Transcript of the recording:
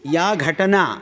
या घटना